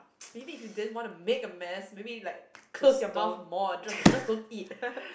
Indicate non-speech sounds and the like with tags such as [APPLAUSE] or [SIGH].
maybe if you didn't want to make a mess maybe like close your mouth more just just don't eat [LAUGHS]